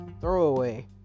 throwaway